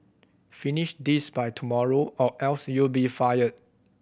finish this by tomorrow or else you'll be fired